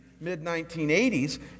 mid-1980s